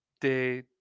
de